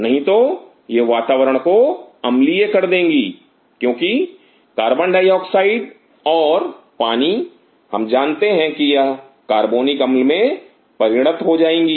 नहीं तो यह वातावरण को अम्लीय कर देंगी क्योंकि कार्बन डाइऑक्साइड और पानी हम जानते हैं कि यह कार्बोनिक अम्ल मे परिणत हो जाएंगी